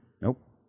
nope